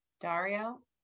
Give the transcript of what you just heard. Dario